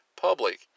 public